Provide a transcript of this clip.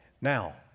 Now